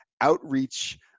outreach